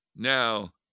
Now